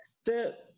step